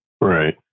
Right